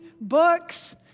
books